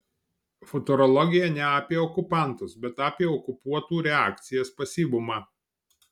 futurologija ne apie okupantus bet apie okupuotų reakcijas pasyvumą